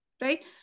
right